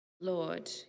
Lord